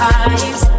eyes